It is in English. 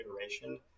iteration